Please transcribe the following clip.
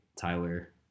Tyler